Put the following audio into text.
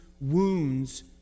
wounds